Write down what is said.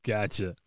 Gotcha